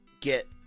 get